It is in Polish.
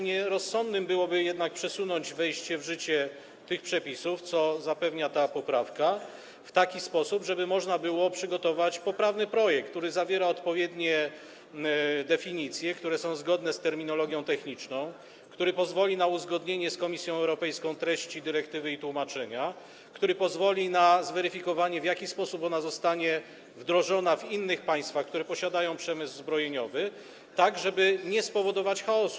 Może rozsądnie byłoby przesunąć wejście w życie tych przepisów, co zapewni ta poprawka, w taki sposób, żeby można było przygotować poprawny projekt, który zawiera odpowiednie definicje, zgodne z terminologią techniczną, który pozwoli na uzgodnienie z Komisją Europejską treści dyrektywy i tłumaczenia, który pozwoli na zweryfikowanie, w jaki sposób ona zostanie wdrożona w innych państwach, które posiadają przemysł zbrojeniowy, żeby nie spowodować chaosu.